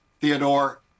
Theodore